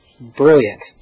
Brilliant